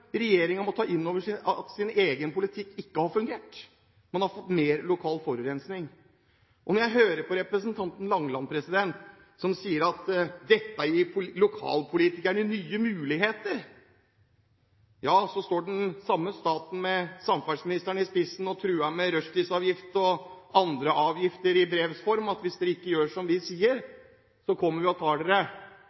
må ta inn over seg at deres egen politikk ikke har fungert. Vi har fått mer lokal forurensing. Når jeg hører på representanten Langeland som sier at dette gir lokalpolitikerne nye muligheter, står den samme staten – med samferdselsministeren i spissen – og truer med rushtidsavgift og andre avgifter i brevs form: Hvis dere ikke gjør som vi sier, kommer vi og tar dere